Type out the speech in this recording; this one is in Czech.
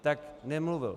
Tak nemluvil.